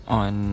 on